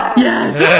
Yes